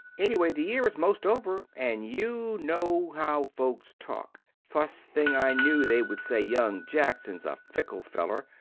ennyway the yere is most over and you no how folks talk. fust thing i new they wood say, young jackson's a fikle feller.